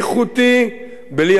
בלי המספרים עצמם.